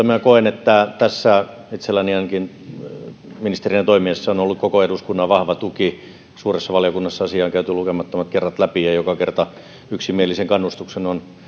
minä koen että tässä on itselläni ministerinä toimiessa ollut koko eduskunnan vahva tuki suuressa valiokunnassa asiaa on käyty lukemattomat kerrat läpi ja joka kerta yksimielisen kannustuksen